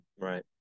Right